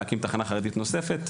להקים תחנה חרדית נוספת,